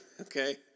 Okay